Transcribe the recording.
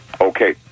Okay